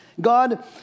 God